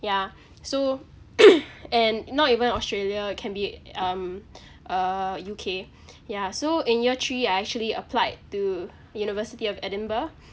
ya so and not even australia it can be um uh U_K ya so in year three I actually applied to university of edinburgh